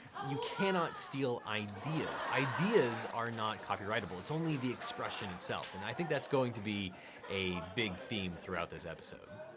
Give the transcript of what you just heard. you cannot steal ideas. ideas are not copyrightable, it's only the expression itself and i think that's going to be a big theme throughout this episode.